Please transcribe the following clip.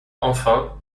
enfin